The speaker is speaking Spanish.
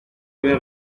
tener